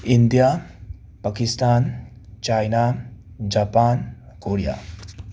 India Pakistan China Japan Korea